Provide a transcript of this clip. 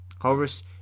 Horus